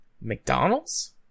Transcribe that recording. McDonald's